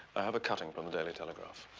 i have a cutting from the daily telegraph.